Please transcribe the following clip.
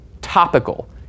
topical